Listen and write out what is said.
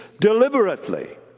deliberately